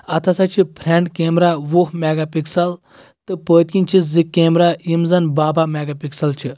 اَتھ ہسا چھُ فرنٹ کیمرہ وُہ میگا پِکسل تہٕ پٔتۍ کِنۍ چھِ زٕ کیمرہ یِم زن بہہ بہہ میگا پکسل چھِ